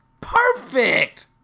Perfect